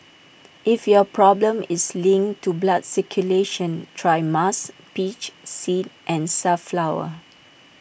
if your problem is linked to blood circulation try musk peach seed and safflower